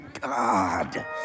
God